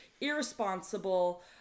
irresponsible